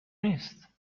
نیست